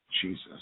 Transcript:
Jesus